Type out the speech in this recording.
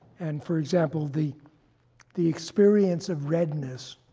and, for example, the the experience of redness